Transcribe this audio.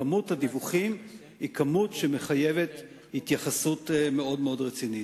כמות הדיווחים מחייבת התייחסות מאוד רצינית.